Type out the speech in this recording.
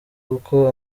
uko